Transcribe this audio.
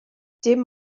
dim